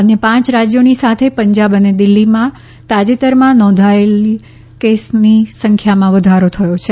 અન્ય પાંચ રાજ્યોની સાથે પંજાબ અને દિલ્હીમાં તાજેતરમાં નોંધાયેલા કેસોની સંખ્યામાં વધારો થયો છે